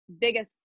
biggest